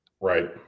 right